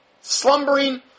Slumbering